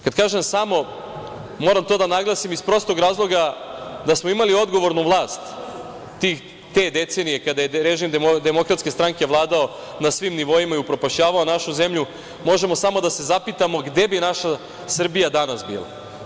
Kad kažem samo, moram to da naglasim iz prostog razloga, da smo imali odgovornu vlast te decenije kada je režim DS vladao na svim nivoima i upropašćavao nađu zemlju, možemo samo da se zapitamo gde bi naša Srbija danas bila.